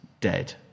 dead